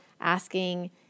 asking